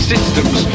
systems